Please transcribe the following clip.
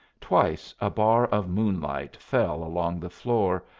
twice a bar of moonlight fell along the floor,